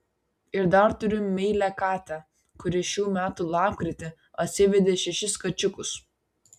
ir dar turiu meilią katę kuri šių metų lapkritį atsivedė šešis kačiukus